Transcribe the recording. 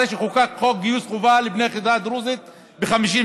אחרי שחוקק חוק גיוס חובה לבני העדה הדרוזית ב-1956.